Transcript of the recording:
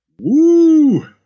woo